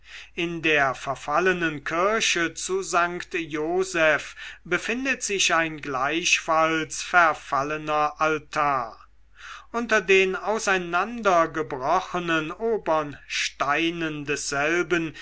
in der verfallenen kirche zu st joseph befindet sich ein gleichfalls verfallener altar unter den auseinandergebrochenen obern steinen desselben